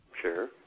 Sure